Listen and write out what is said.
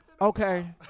Okay